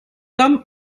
tom